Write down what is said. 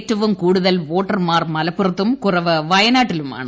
ഏറ്റവും കൂടുതൽ വോട്ടർമാർ മലപ്പുറത്തും കുറവ് വയനാട്ടിലുമാണ്